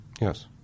Yes